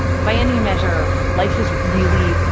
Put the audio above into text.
by any measure, life is really,